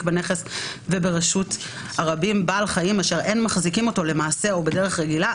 בנכס וברשות הרבים בעל חיים אשר אין מחזיקים אותו למעשה או בדרך רגילה,